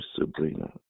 Sabrina